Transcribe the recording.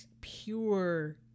pure